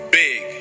big